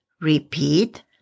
Repeat